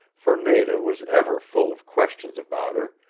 for nada was ever full of questions about her,